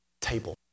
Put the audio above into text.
table